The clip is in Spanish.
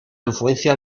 influencia